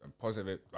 positive